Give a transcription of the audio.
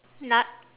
nut